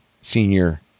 senior